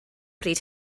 bryd